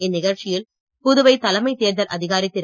இந்நிகழ்ச்சியில் புதுவை தலைமை தேர்தல் அதிகாரி திரு